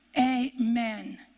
Amen